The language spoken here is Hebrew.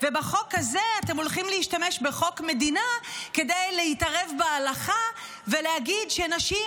ובחוק הזה אתם הולכים להשתמש בחוק מדינה כדי להתערב בהלכה ולהגיד שנשים